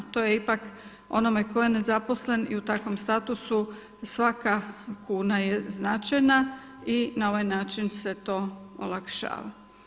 To je ipak onome tko je nezaposlen i u takvom statusu svaka kuna je značajna i na ovaj način se to olakšava.